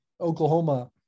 Oklahoma